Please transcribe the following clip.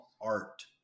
art